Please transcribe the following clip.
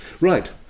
Right